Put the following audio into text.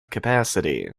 capacity